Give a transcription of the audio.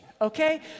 Okay